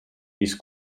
mis